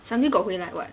sung-kyu got 回来 [what]